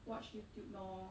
watch YouTube lor